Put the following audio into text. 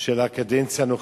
של הקדנציה הנוכחית,